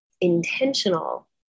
intentional